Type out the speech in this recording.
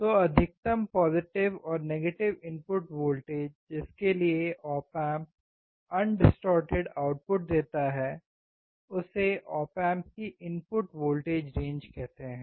तो अधिकतम पोज़िटिव और नेगेटिव इनपुट वोल्टेज जिसके लिए ऑप एम्प अनडिसटोर्टेड आउटपुट देता है उसे ऑप एम्प की इनपुट वोल्टेज रेंज कहते हैं